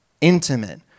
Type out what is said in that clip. intimate